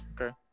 okay